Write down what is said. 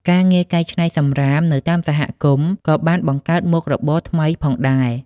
ការងារកែច្នៃសំរាមនៅតាមសហគមន៍ក៏បានបង្កើតមុខរបរថ្មីផងដែរ។